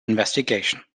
investigation